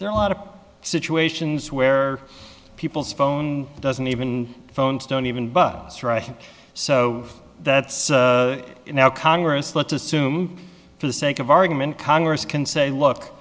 there are a lot of situations where people's phone doesn't even phones don't even but it's right so that's now congress let's assume for the sake of argument congress can say look